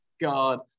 God